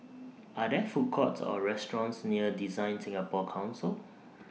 Are There Food Courts Or restaurants near DesignSingapore Council